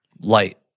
light